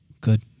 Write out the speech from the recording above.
Good